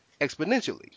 exponentially